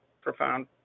profound